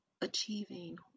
achieving